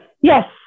Yes